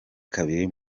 kabiri